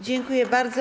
Dziękuję bardzo.